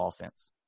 offense